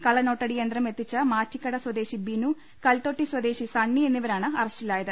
കളളനോട്ടടി യന്ത്രം എത്തിച്ച മാറ്റിക്കട സ്വദേശി ബിനു കൽത്തൊട്ടി സ്വദേശി സണ്ണി എന്നിവരാണ് അറസ്റ്റിലായത്